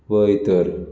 व इतर